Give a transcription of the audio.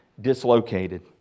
dislocated